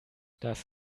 das